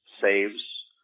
saves